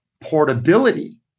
portability